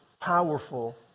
powerful